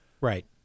Right